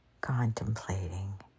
contemplating